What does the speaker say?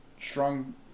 strong